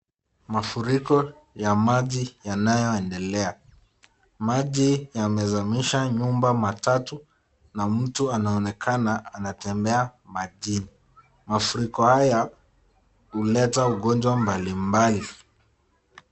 Mafuriko ya maji yanayoendelea. Maji yamezamisha nyumba tatu na mtu anaonekana anatembea majini. Mafuriko haya huleta ugonjwa mbalimbali.